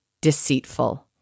deceitful